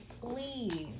please